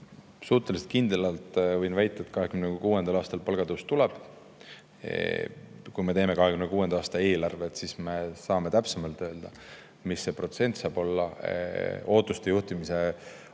suhteliselt kindlalt väita, et 2026. aastal palgatõus tuleb. Kui me teeme 2026. aasta eelarvet, siis me saame täpsemalt öelda, mis see protsent saab olla. Ootuste juhtimise kohta